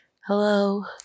Hello